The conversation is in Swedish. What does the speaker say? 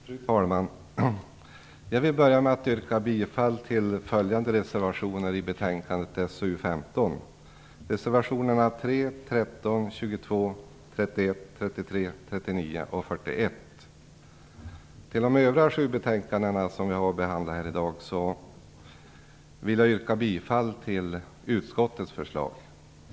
Fru talman! Jag vill börja med att yrka bifall till följande reservationer i betänkande SoU15: nr 3, 13, Beträffande de övriga sju betänkanden som vi har att behandla här i dag vill jag yrka bifall till utskottets hemställan.